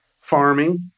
farming